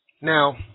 Now